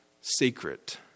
secret